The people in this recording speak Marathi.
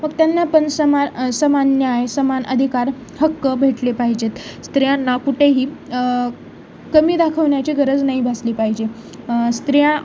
मग त्यांना पण समान समान न्याय समान अधिकार हक्क भेटले पाहिजेत स्त्रियांना कुठेही कमी दाखवण्याची गरज नाही भासली पाहिजे स्त्रिया